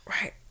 Right